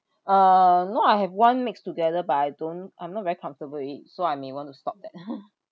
uh no I have one mixed together but I don't I'm not very comfortable with it so I may want to stop that